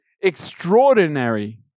extraordinary